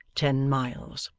ten miles.